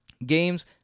Games